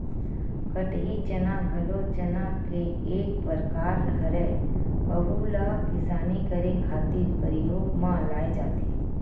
कटही चना घलो चना के एक परकार हरय, अहूँ ला किसानी करे खातिर परियोग म लाये जाथे